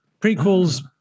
Prequels